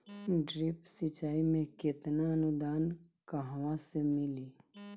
Drip सिंचाई मे केतना अनुदान कहवा से मिली?